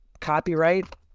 copyright